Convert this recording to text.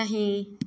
नहि